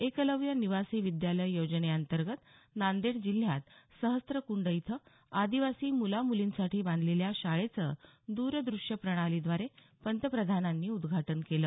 एकलव्य निवासी विद्यालय योजनेंतर्गत नांदेड जिल्ह्यात सहस्रकुंड इथं आदिवासी मुला मुलींसाठी बांधलेल्या शाळेचं दुरदृश्य प्रणालीद्वारे पंतप्रधानांनी उद्घाटन केलं